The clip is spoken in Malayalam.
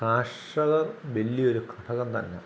കാർഷകർ വലിയൊരു ഘടകം തന്നെയാണ്